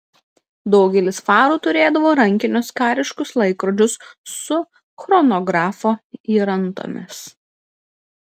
daugelis farų turėdavo rankinius kariškus laikrodžius su chronografo įrantomis